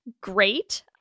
great